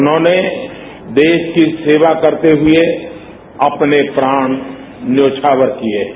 उन्होंने देश की सेवा करते हुए अपने प्राण न्यौछावर किए हैं